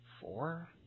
four